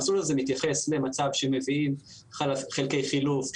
המסלול הזה מתייחס למצב שמביאים חלקי חילוף,